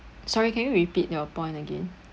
sorry can you repeat your point again